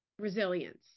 resilience